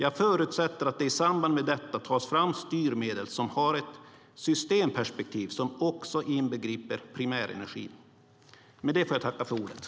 Jag förutsätter att det i samband med detta tas fram styrmedel som har ett systemperspektiv som också inbegriper primärenergin.